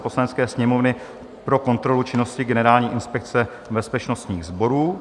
Poslanecké sněmovny pro kontrolu činnosti Generální inspekce bezpečnostních sborů